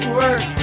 work